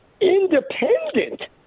Independent